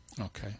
Okay